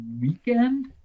weekend